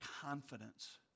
confidence